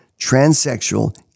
transsexual